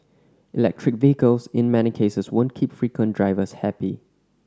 electric vehicles in many cases won't keep frequent drivers happy